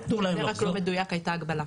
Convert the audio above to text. זה רק לא מדויק, הייתה הגבלה,